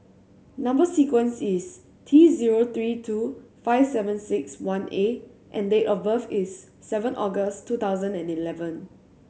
number sequence is T zero three two five seven six one A and date of birth is seven August two thousand and eleven